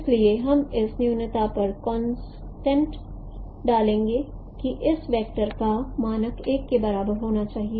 इसलिए हम इस न्यूनता पर कॉन्स्टेंट डालेंगे कि इस वेक्टर का मानक 1 के बराबर होना चाहिए